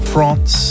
France